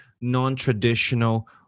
non-traditional